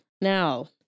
Now